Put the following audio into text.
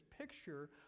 picture